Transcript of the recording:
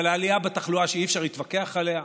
אבל העלייה בתחלואה, שאי-אפשר להתווכח עליה,